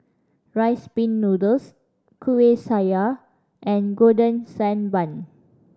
Rice Pin Noodles Kueh Syara and Golden Sand Bun